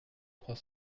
trois